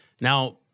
Now